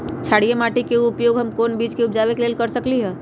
क्षारिये माटी के उपयोग हम कोन बीज के उपजाबे के लेल कर सकली ह?